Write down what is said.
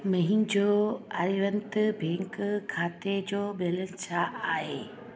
मुंहिंजो आर्यावर्त बैंक खाते जो बैलेंस छा आहे